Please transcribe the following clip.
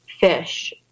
fish